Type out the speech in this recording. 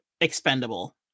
expendable